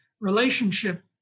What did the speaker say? relationship